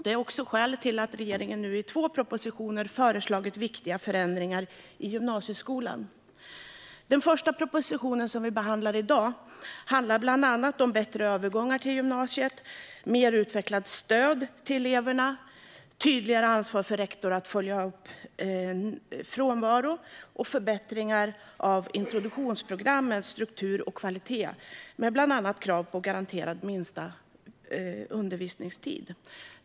Det är också skälet till att regeringen nu i två propositioner har föreslagit viktiga förändringar i gymnasieskolan. Den första proposition som vi behandlar i dag handlar bland annat om bättre övergångar till gymnasiet, mer utvecklat stöd till eleverna, tydligare ansvar för rektorer att följa upp frånvaro och förbättringar av introduktionsprogrammens struktur och kvalitet, med bland annat krav på garanterad minsta undervisningstid.